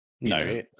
No